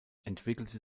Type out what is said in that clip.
entwickelte